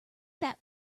that